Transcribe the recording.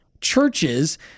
churches